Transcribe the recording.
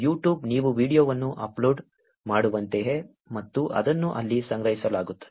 YouTube ನೀವು ವೀಡಿಯೊವನ್ನು upload ಮಾಡುವಂತೆಯೇ ಮತ್ತು ಅದನ್ನು ಅಲ್ಲಿ ಸಂಗ್ರಹಿಸಲಾಗುತ್ತದೆ